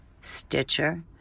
Stitcher